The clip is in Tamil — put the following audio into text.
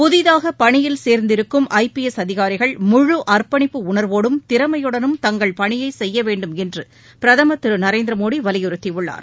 புதிதாக பணியில் சேர்ந்திருக்கும் ஐ பி எஸ் அதிகாரிகள் முழு அர்ப்பணிப்பு உணர்வோடும் திறமையுடனும் தங்கள் பணியை செய்ய வேண்டும் என்று பிரதமர் திரு நரேந்திரமோடி வலியுறுத்தியுள்ளார்